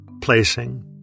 placing